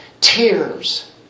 tears